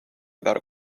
without